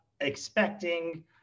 expecting